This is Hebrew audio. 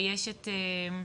ויש את שמרית